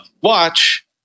watch